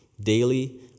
daily